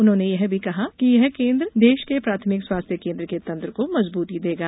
उन्होंने यह भी कहा कि यह केन्द्र देश के प्राथमिक स्वास्थ्य केन्द्र के तंत्र को मजबूती देगा